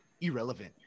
irrelevant